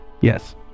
Yes